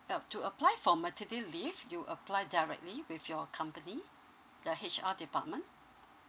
!ow! to apply for maternity leave you apply directly with your company the H_R department